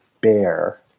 bear